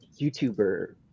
YouTuber